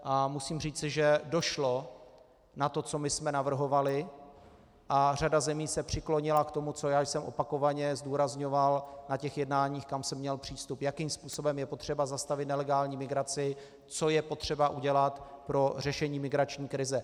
A musím říci, že došlo na to, co my jsme navrhovali, a řada zemí se přiklonila k tomu, co jsem opakovaně zdůrazňoval na jednáních, kam jsem měl přístup, jakým způsobem je potřeba zastavit nelegální migraci, co je potřeba udělat pro řešení migrační krize.